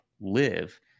live